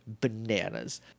bananas